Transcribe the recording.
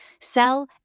sell